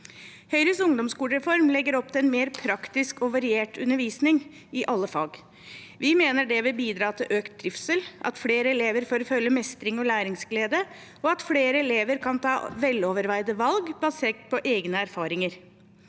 Høyres ungdomsskolereform legger opp til mer praktisk og mer variert undervisning i alle fag. Vi mener det vil bidra til økt trivsel, at flere elever føler mestring og læringsglede, og at flere elever kan ta veloverveide valg basert på egne erfaringer.